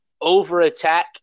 over-attack